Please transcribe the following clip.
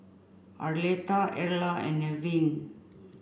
Arletta Erla and Nevin